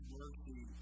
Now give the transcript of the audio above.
mercy